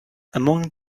among